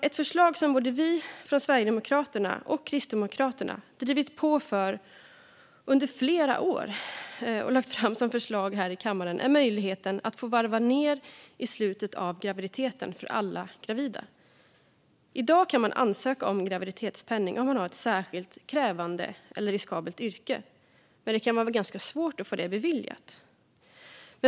Ett förslag som både vi i Sverigedemokraterna och Kristdemokraterna under flera år har drivit på för och lagt fram här i kammaren är möjligheten för alla gravida att varva ned i slutet av graviditeten. I dag kan man ansöka om graviditetspenning om man har ett särskilt krävande eller riskabelt yrke, men det kan vara ganska svårt att få det beviljat.